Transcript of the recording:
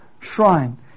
shrine